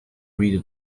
reader